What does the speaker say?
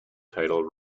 title